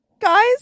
guys